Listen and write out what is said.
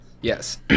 Yes